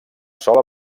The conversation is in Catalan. sola